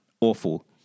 awful